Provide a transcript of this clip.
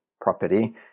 property